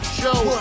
show